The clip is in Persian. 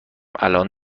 الان